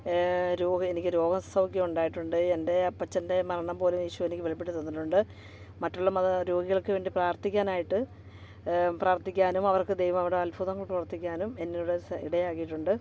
രോഗി എനിക്ക് രോഗ സൗഖ്യം ഉണ്ടായിട്ടുണ്ട് എന്റെ അപ്പച്ചന്റെ മരണം പോലും യേശു എനിക്ക് വെളിപ്പെടുത്തി തന്നിട്ടുണ്ട് മറ്റുള്ള മത രോഗികൾക്ക് വേണ്ടി പ്രാർത്ഥിക്കാനായിട്ട് പ്രാർത്ഥിക്കാനും അവർക്ക് ദൈവം അവിടെ അത്ഭുതങ്ങൾ പ്രവർത്തിക്കാനും എന്നിലൂടെ ഇട ആക്കീട്ടുണ്ട്